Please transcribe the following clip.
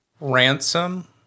Ransom